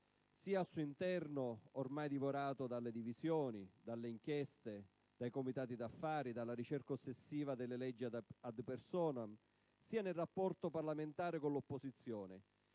sia al suo interno, ormai divorato dalle divisioni, dalle inchieste, dai comitati d'affari e dalla ricerca ossessiva delle leggi *ad personam*, sia nel rapporto parlamentare con l'opposizione,